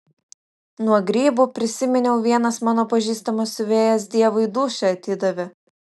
nuo grybų prisiminiau vienas mano pažįstamas siuvėjas dievui dūšią atidavė